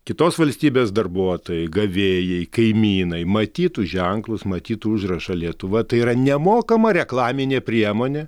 kitos valstybės darbuotojai gavėjai kaimynai matytų ženklus matytų užrašą lietuva tai yra nemokama reklaminė priemonė